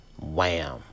wham